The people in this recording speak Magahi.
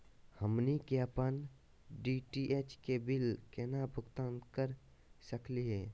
हमनी के अपन डी.टी.एच के बिल केना भुगतान कर सकली हे?